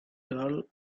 dull